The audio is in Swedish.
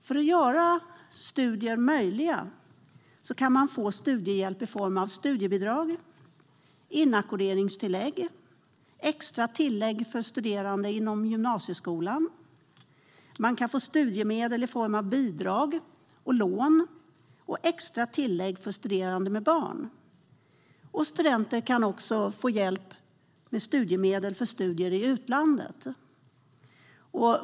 För att göra studier möjliga kan man få studiehjälp i form av studiebidrag, inackorderingstillägg, extra tillägg för studerande inom gymnasieskolan, studiemedel i form av bidrag och lån samt extra tillägg för studerande med barn. Studenter kan också få hjälp med studiemedel för studier i utlandet.